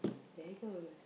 there goes